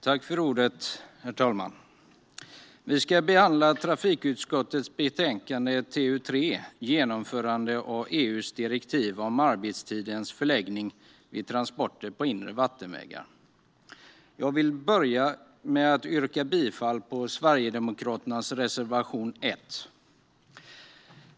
Herr talman! Vi ska nu behandla trafikutskottets betänkande TU3 Genomförande av EU:s direktiv om arbetstidens förläggning vid transporter på inre vattenvägar . Jag vill börja med att yrka bifall till Sverigedemokraternas reservation 1.